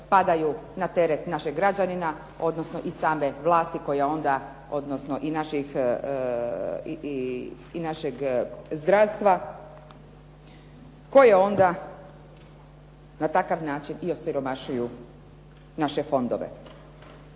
padaju na teret našeg građanina, odnosno i same vlasti koja onda, odnosno i našeg zdravstva koje onda na takav način i osiromašuju naše fondove.